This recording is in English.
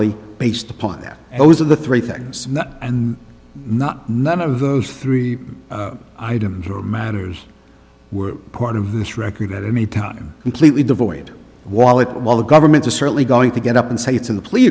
only based upon that those are the three things not and not none of those three items or matters were part of this record at any time completely devoid wallet while the government is certainly going to get up and say it's in the pl